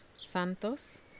Santos